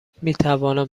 میتوانم